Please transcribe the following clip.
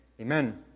Amen